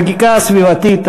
החקיקה הסביבתית,